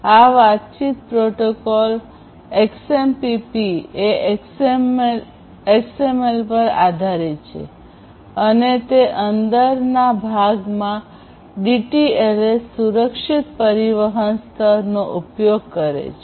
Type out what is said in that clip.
આ વાતચીત protocol XMPP એ XML પર આધારિત છે અને તે અંદરના ભાગમાં DTLS સુરક્ષિત પરિવહન સ્તરનો ઉપયોગ કરે છે